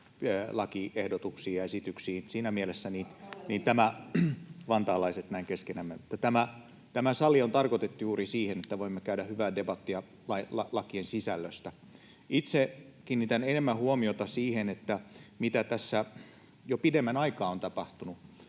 Rakkaudella me kiritämme!] — Vantaalaiset näin keskenämme. — Tämä sali on tarkoitettu juuri siihen, että voimme käydä hyvää debattia lakien sisällöstä. Itse kiinnitän enemmän huomiota siihen, mitä on jo pidemmän aikaa tapahtunut